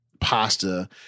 pasta